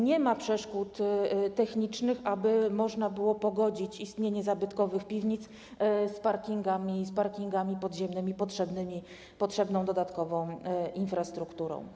Nie ma przeszkód technicznych, aby można było pogodzić istnienie zabytkowych piwnic z parkingami podziemnymi oraz potrzebną dodatkową infrastrukturą.